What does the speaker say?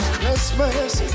Christmas